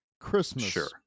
Christmas